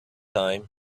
time